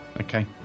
Okay